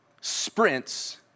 sprints